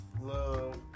love